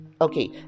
okay